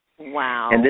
Wow